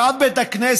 רב בית הכנסת,